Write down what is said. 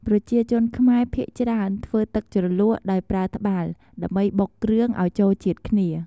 ប្រជាជនខ្មែរភាគច្រើនធ្វើទឹកជ្រលក់ដោយប្រើ ត្បាល់ដើម្បីបុកគ្រឿងអោយចូលជាតិគ្នា។